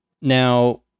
Now